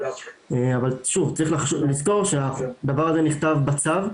צריך לזכור שהדבר הזה נכתב בצו.